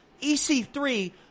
EC3